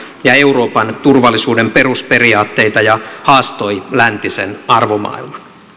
ja euroopan turvallisuuden perusperiaatteita ja haastoi läntisen arvomaailman